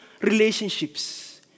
relationships